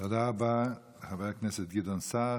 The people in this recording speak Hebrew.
תודה רבה, חבר הכנסת גדעון סער.